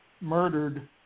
murdered